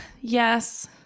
Yes